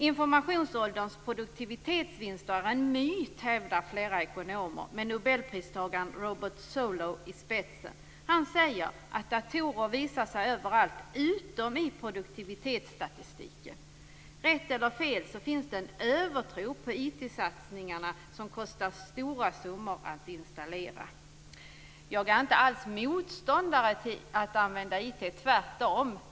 Informationsålderns produktivitetsvinster är en myt, hävdar flera ekonomer, med nobelpristagaren Robert Solow i spetsen. Han säger att datorer visar sig överallt utom i produktivitetsstatistiken. Oavsett om det är rätt eller fel finns det en övertro på IT satsningarna. De kostar stora summor, bl.a. när det gäller installering. Jag är inte alls motståndare till att man använder IT - tvärtom.